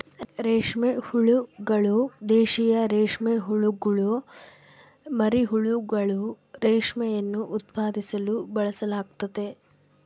ರೇಷ್ಮೆ ಹುಳುಗಳು, ದೇಶೀಯ ರೇಷ್ಮೆಹುಳುಗುಳ ಮರಿಹುಳುಗಳು, ರೇಷ್ಮೆಯನ್ನು ಉತ್ಪಾದಿಸಲು ಬಳಸಲಾಗ್ತತೆ